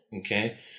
okay